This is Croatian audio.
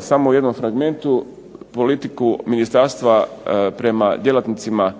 samo u jednom segmentu politiku ministarstva prema djelatnicima